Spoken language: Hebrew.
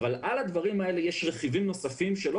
אבל על הדברים האלה יש רכיבים נוספים שלא